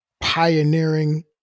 pioneering